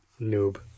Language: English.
noob